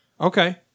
Okay